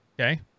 Okay